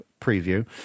preview